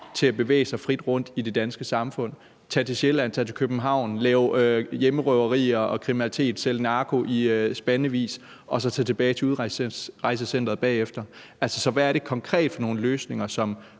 til at bevæge sig frit rundt i det danske samfund – de kan tage til Sjælland, de kan tage til København og begå hjemmerøverier og kriminalitet og sælge narko i spandevis og så tage tilbage til udrejsecenteret bagefter. Så hvad er det konkret for nogle løsninger, som